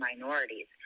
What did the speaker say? minorities